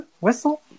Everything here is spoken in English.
Whistle